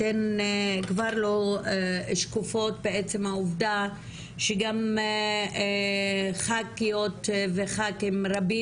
אתן כבר לא שקופות בעצם העובדה שגם ח"כיות וח"כים רבים